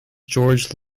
george